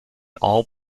all